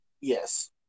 Yes